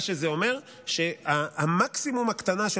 מה שזה אומר הוא שמקסימום ההקטנה של